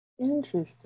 Interesting